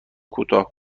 کوتاه